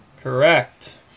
Correct